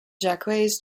jacques